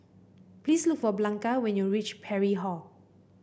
please look for Blanca when you reach Parry Hall